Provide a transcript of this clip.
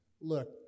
Look